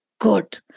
good